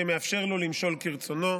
המאפשר לו למשול כרצונו",